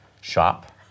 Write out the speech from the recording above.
shop